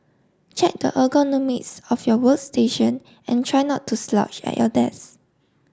check the ergonomics of your workstation and try not to slouch at your desk